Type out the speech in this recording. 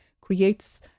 creates